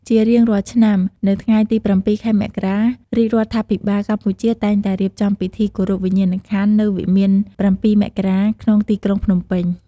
ជារៀងរាល់ឆ្នាំ នៅថ្ងៃទី៧ ខែមករា រាជរដ្ឋាភិបាលកម្ពុជាតែងតែរៀបចំពិធីគោរពវិញ្ញាណក្ខន្ធនៅវិមាន៧ មករា ក្នុងទីក្រុងភ្នំពេញ ។